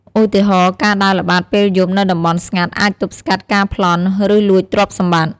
ឧទាហរណ៍ ការដើរល្បាតពេលយប់នៅតំបន់ស្ងាត់អាចទប់ស្កាត់ការប្លន់ ឬលួចទ្រព្យសម្បត្តិ។